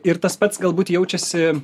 ir tas pats galbūt jaučiasi